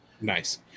Nice